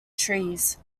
trees